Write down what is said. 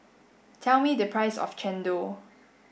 tell me the price of Chendol